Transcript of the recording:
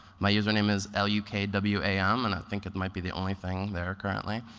my username is l u k w a m, and i think it might be the only thing there currently.